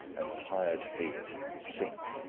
and tired feet, sink,